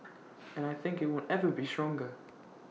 and I think IT won't ever be stronger